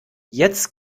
jetzt